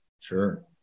Sure